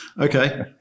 Okay